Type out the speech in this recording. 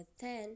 ten